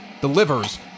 delivers